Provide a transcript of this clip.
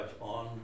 on